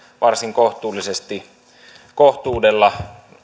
varsin kohtuudella